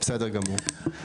בסדר גמור.